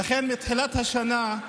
אכן, מתחילת השנה,